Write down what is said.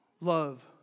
Love